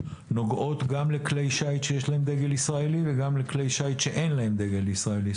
נוגעות גם לכלי שיט שיש להם דגל ישראלי וגם לכלי שיט שאין להם דגל ישראלי.